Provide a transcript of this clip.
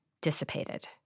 dissipated